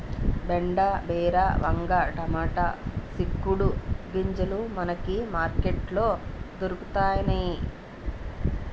బెండ బీర వంగ టమాటా సిక్కుడు గింజలు మనకి మార్కెట్ లో దొరకతన్నేయి